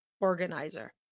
organizer